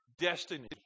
destiny